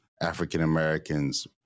African-Americans